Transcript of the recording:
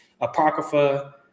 apocrypha